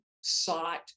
sought